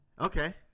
okay